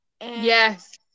Yes